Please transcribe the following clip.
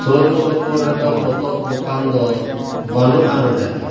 ᱥᱩᱨ ᱥᱩᱯᱩᱨ ᱨᱮᱫᱚ ᱯᱚᱛᱚᱵᱽ ᱫᱚᱠᱟᱱ ᱫᱚ ᱵᱟᱹᱱᱩᱜᱼᱟ ᱱᱚᱸᱰᱮ ᱫᱚ